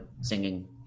singing